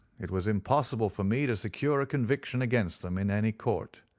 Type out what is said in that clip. it was impossible for me to secure a conviction against them in any court.